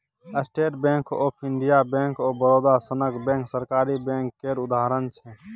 state Bank of India, bank of Baroda सनक bank सरकारी bank केर उदाहरण छै